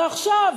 ועכשיו,